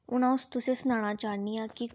हून अ'ऊं तुसें गी सनाना चाहन्नी आं कि